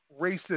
Racism